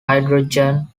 hydrogen